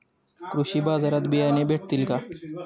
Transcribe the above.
कृषी बाजारात बियाणे भेटतील का?